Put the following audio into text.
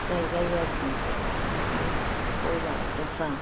फिसिनाय जायो आरोखि बिदिनो बयलार दस्रा